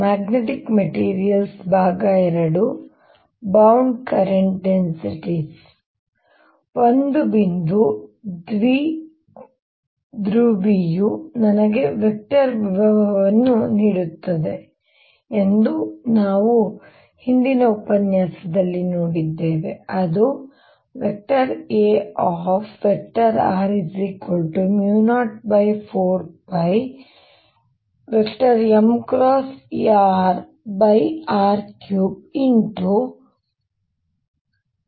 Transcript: magnetic materials II bound current densities ಒಂದು ಬಿಂದು ದ್ವಿಧ್ರುವಿಯು ನನಗೆ ವೆಕ್ಟರ್ ವಿಭವವನ್ನು ನೀಡುತ್ತದೆ ಎಂದು ನಾವು ಹಿಂದಿನ ಉಪನ್ಯಾಸದಲ್ಲಿ ನೋಡಿದ್ದೇವೆ ಅದು Ar04πmrr3M ಆಗಿರುತ್ತದೆ